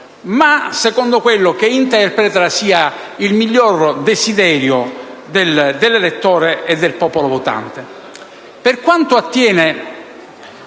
ma secondo quello che interpreta essere il migliore desiderio dell'elettore e del popolo votante.